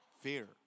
Fear